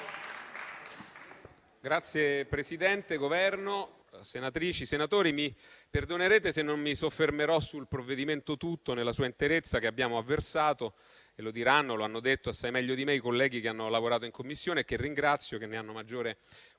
Signor Presidente, Governo, senatrici e senatori, mi perdonerete se non mi soffermerò sul provvedimento tutto nella sua interezza. Lo abbiamo avversato e lo diranno e lo hanno detto assai meglio di me i colleghi che hanno lavorato in Commissione, che ringrazio, che ne hanno maggiore